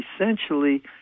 essentially